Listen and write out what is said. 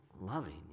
loving